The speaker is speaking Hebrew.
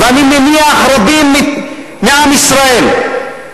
ואני מניח רבים מעם ישראל,